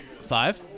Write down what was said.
Five